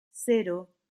cero